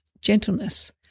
gentleness